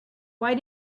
why